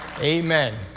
Amen